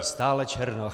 Stále Černoch.